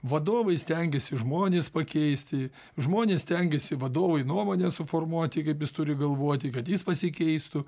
vadovai stengiasi žmones pakeisti žmonės stengiasi vadovui nuomonę suformuoti kaip jis turi galvoti kad jis pasikeistų